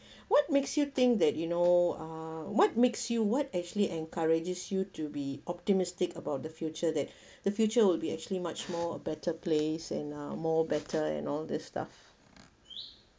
what makes you think that you know uh what makes you what actually encourages you to be optimistic about the future that the future will be actually much more a better place and uh more better and all this stuff